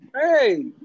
Hey